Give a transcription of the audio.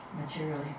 materially